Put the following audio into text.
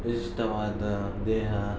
ವಿಶಿಷ್ಟವಾದ ದೇಹ